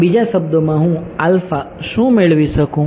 તો બીજા શબ્દોમાં હું શું મેળવી શકું